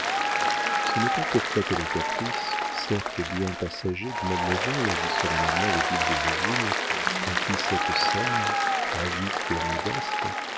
ce n'est pas pour flatter le caprice certes bien passager de mademoiselle dit solennellement le duc d'hérouville à qui cette scène tragique pour modeste